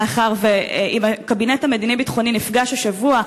מאחר שאם הקבינט המדיני-ביטחוני נפגש השבוע,